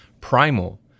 Primal